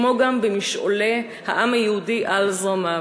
כמו גם במשעולי העם היהודי על זרמיו.